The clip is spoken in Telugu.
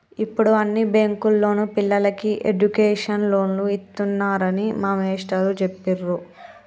యిప్పుడు అన్ని బ్యేంకుల్లోనూ పిల్లలకి ఎడ్డుకేషన్ లోన్లు ఇత్తన్నారని మా మేష్టారు జెప్పిర్రు